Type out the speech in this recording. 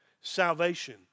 salvation